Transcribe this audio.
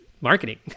marketing